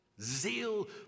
zeal